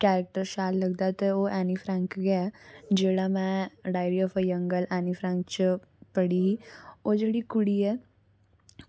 character शैल लगदा ते ओह् एनी फ्रैंक गै ऐ जेह्ड़ा में diary of a young girl Anne Frank च पढ़ी ही ओह् जेह्ड़ी कुड़ी ऐ